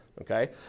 okay